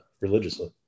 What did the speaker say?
religiously